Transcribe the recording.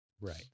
Right